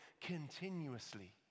continuously